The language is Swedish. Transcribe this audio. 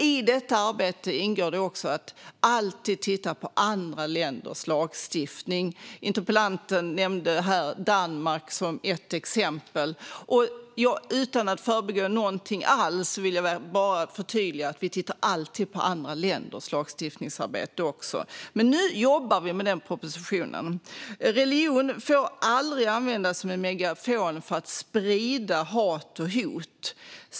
I detta arbete ingår att titta på andra länders lagstiftning. Interpellanten nämnde Danmark som ett exempel, och utan att föregå något vill jag bara förtydliga att vi alltid tittar på andra länders lagstiftningsarbete. Nu jobbar vi med denna proposition. Religion får aldrig användas som en megafon för att sprida hat och hot.